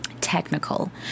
technical